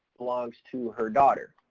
belongs to her daughter.